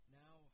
now